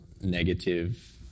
negative